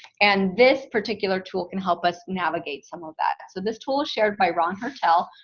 and this particular tool can help us navigate some of that. so this tool shared by ron hertel,